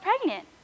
pregnant